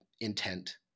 intent